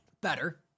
Better